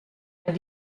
bei